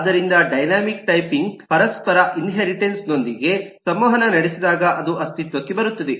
ಆದ್ದರಿಂದ dynamic typing ಪರಸ್ಪರ inheritance ನೊಂದಿಗೆ ಸಂವಹನ ನಡೆಸಿದಾಗ ಅದು ಅಸ್ತಿತ್ವಕ್ಕೆ ಬರುತ್ತದೆ